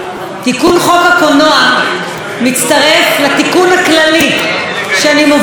הקולנוע מצטרף לתיקון הכללי שאני מובילה בתרבות,